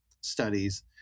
studies